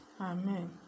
Amen